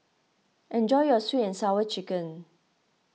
enjoy your Sweet and Sour Chicken